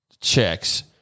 checks